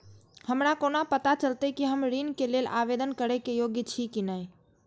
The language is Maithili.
हमरा कोना पताा चलते कि हम ऋण के लेल आवेदन करे के योग्य छी की ने?